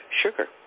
sugar